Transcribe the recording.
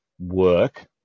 work